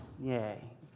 Yay